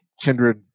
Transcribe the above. kindred